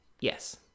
Yes